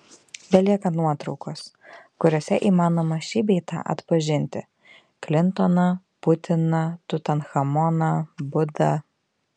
belieka nuotraukos kuriose įmanoma šį bei tą atpažinti klintoną putiną tutanchamoną budą